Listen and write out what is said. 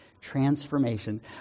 Transformations